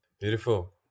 beautiful